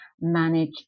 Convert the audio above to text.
manage